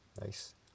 Nice